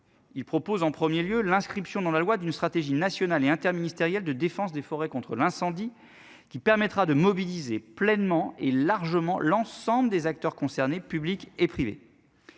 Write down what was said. Il propose en 1er lieu l'inscription dans la loi d'une stratégie nationale et interministériel de défense des forêts contre l'incendie qui permettra de mobiliser pleinement et largement l'ensemble des acteurs concernés, public et privés.